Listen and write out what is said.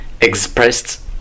expressed